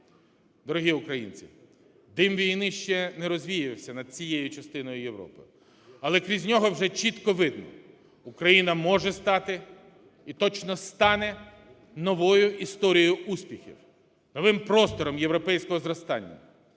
Дорогі українці, дим війни ще не розвіявся над цією частиною Європи. Але крізь нього вже чітко видно: Україна може стати і точно стане новою історією успіхів, новим простором європейського зростання.